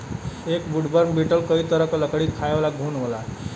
एक woodworm beetle कई तरह क लकड़ी खायेवाला घुन होला